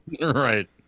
Right